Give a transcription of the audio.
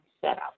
setup